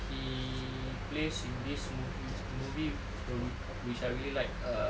he plays in this movie movie which I really like err